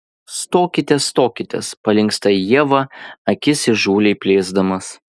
stokitės stokitės palinksta į ievą akis įžūliai plėsdamas